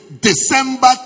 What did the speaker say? December